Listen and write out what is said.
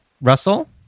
Russell